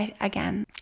again